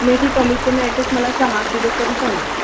मेथी कमीत कमी ॲटलीस्ट मला सहा किलो तरी पाहिजे